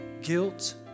guilt